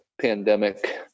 pandemic